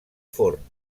forn